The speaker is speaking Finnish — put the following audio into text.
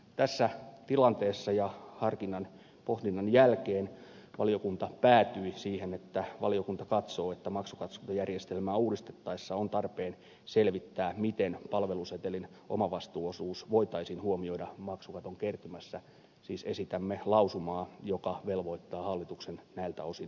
tässä tilanteessa ja harkinnan pohdinnan jälkeen valiokunta päätyi siihen että valiokunta katsoo että maksukattojärjestelmää uudistettaessa on tarpeen selvittää miten palvelusetelin omavastuuosuus voitaisiin huomioida maksukaton kertymässä siis esitämme lausumaa joka velvoittaa hallituksen näiltä osin toimimaan